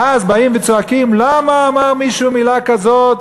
ואז באים וצועקים: למה אמר מישהו מילה כזאת?